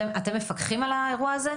אתם מפקחים על האירוע הזה?